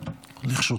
עמאר.